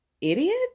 idiot